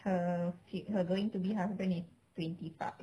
her her going to be husband is twenty five